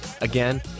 Again